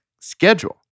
schedule